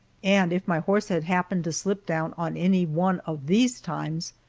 and if my horse had happened to slip down on any one of these times,